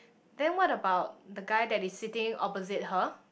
then what about the guy that is sitting opposite her